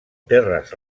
terres